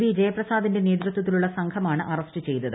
V ജയപ്രസാദിന്റെ നേതൃത്വത്തിലുള്ള സംഘമാണ് അറസ്റ്റ് ചെയ്തത്